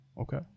okay